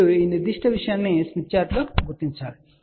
మీరు ఈనిర్దిష్ట విషయాన్ని స్మిత్ చార్టులో గుర్తించండి